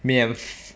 免